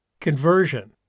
Conversion